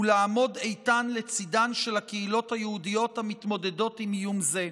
ולעמוד איתנה לצידן של הקהילות היהודיות המתמודדות עם איום זה,